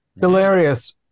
Hilarious